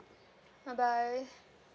bye bye